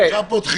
הרביזיה התקבלה.